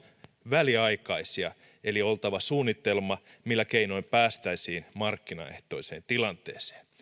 väliaikaisia eli on oltava suunnitelma millä keinoin päästäisiin markkinaehtoiseen tilanteeseen